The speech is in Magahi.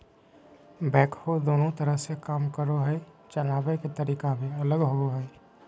बैकहो दोनों तरह से काम करो हइ, चलाबे के तरीका भी अलग होबो हइ